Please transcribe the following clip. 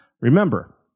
Remember